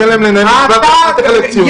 תן להם לנהל ואל תחלק ציונים.